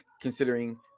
considering